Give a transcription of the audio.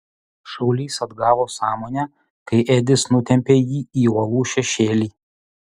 šaulys atgavo sąmonę kai edis nutempė jį į uolų šešėlį